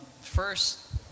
First